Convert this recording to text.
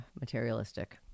materialistic